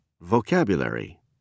Vocabulary